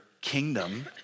kingdom